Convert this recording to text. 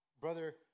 brother